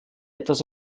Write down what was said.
etwas